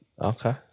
okay